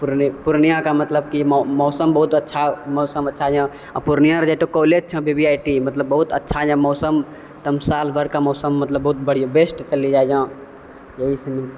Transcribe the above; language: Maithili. पूर्णियाके मतलब की मौसम बहुत अच्छा मौसम अच्छा यऽ आओर पूर्णिया जे एकटा कॉलेज छह वी वी आइ टी मतलब बहुत अच्छा यऽ मौसम एकदम साल भरके मौसम मतलब बहुत बढ़िआँ बेस्ट चली जाइ छह यही सनी